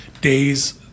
days